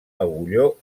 agulló